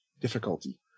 difficulty